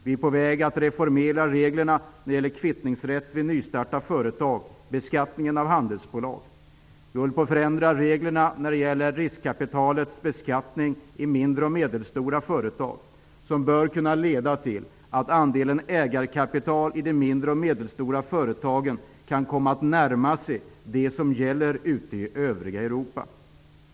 Vi är på väg att reformera reglerna när det gäller kvittningsrätt vid nystart av företag och beskattning av handelsbolag. Vi håller på att förändra reglerna för riskkapitalets beskattning i mindre och medelstora företag. Det bör kunna leda till att andelen ägarkapital i mindre och medelstora företag kan komma att närma sig det som gäller ute i övriga Europa.